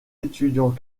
étudiants